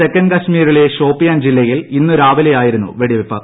തെക്കൻ കശ്മീരിലെ ഷോപിയാൻ ജില്ലയിൽ ഇന്നു രാവിലെയായിരുന്നു വെടിവയ്പ്